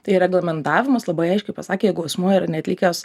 tai reglamentavimas labai aiškiai pasakė jeigu asmuo yra neatlikęs